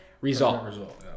result